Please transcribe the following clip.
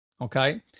okay